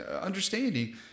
understanding